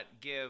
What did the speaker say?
give